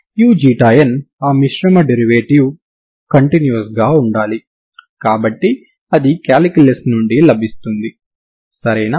uξ η ఆ మిశ్రమ డెరివేటివ్ లు కంటిన్యూస్ గా ఉండాలి కాబట్టి అది కాలిక్యులస్ నుండి లభిస్తుంది సరేనా